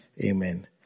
Amen